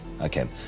Okay